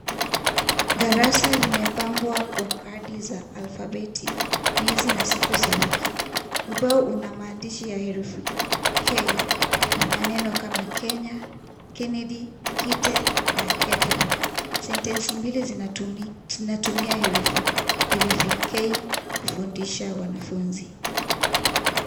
Darasa limepambwa kwa kadi za alfabeti, miezi na siku za wiki. Ubao una maandishi za herufi k na maneno kama Kenya, Kennedy, kite na kettle . Sentensi mbili zinatumia herufi k kufundisha wanafunzi.